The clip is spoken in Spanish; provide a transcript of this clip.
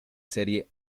serie